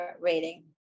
rating